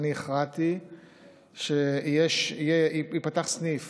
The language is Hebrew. אני הכרעתי שייפתח סניף